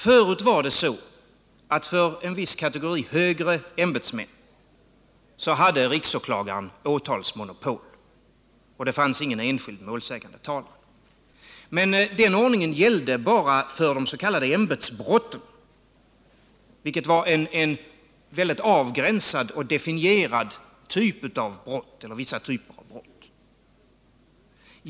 Förut var det så att för en viss kategori högre ämbetsmän hade riksåklagaren åtalsmonopol. Det fanns ingen enskild målsägandetalan. Men den ordningen gällde bara för de s.k. ämbetsbrotten, vilka var avgränsade och väl definierade typer av brott.